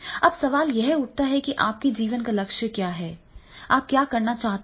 अब सवाल यह उठता है कि आपके जीवन का लक्ष्य क्या है अब आप क्या करना चाहते हैं